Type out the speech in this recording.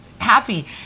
happy